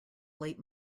late